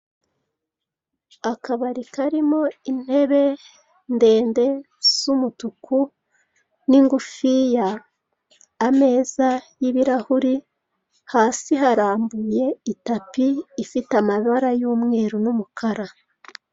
Akabari karimo intebe ndende z'umutuku n'ingufiya, ameza y'ibirahuri hasi harambuye itapi ifite amabara y'umweru n'umukara.